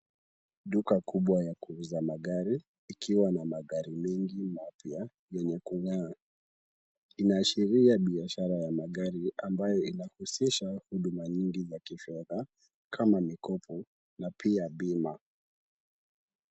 Duka kubwa ya kuuza magari ikiwa na magari mengi mapya yenye kung'aa inaashiria biashara ya magari ambayo inaguzisha huduma nyingi za kifedha kama mikopo na pia bima.